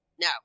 No